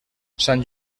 sant